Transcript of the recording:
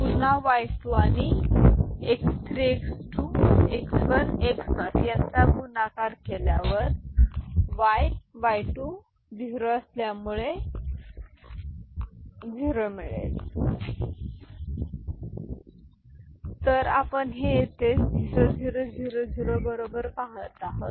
पुन्हा y2 आणि x3 x2 x1 x0 यांचा गुणाकार केल्यावर y y2 झिरो असल्यामुळे झिरो येईल तर आपण हे येथे 0 0 0 0 बरोबर पाहत आहोत